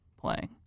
playing